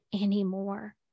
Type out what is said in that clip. anymore